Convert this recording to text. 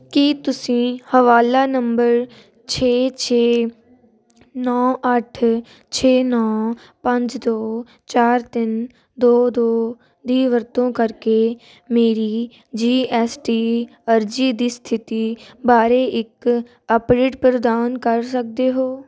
ਕੀ ਤੁਸੀਂ ਹਵਾਲਾ ਨੰਬਰ ਛੇ ਛੇ ਨੌਂ ਅੱਠ ਛੇ ਨੌਂ ਪੰਜ ਦੋ ਚਾਰ ਤਿੰਨ ਦੋ ਦੋ ਦੀ ਵਰਤੋਂ ਕਰਕੇ ਮੇਰੀ ਜੀ ਐੱਸ ਟੀ ਅਰਜ਼ੀ ਦੀ ਸਥਿਤੀ ਬਾਰੇ ਇੱਕ ਅਪਡੇਟ ਪ੍ਰਦਾਨ ਕਰ ਸਕਦੇ ਹੋ